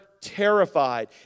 terrified